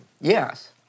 Yes